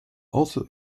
also